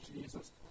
Jesus